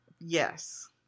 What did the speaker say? Yes